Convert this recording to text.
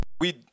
We-